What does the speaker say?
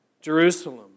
Jerusalem